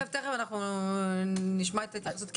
תיכף נשמע את ההתייחסות.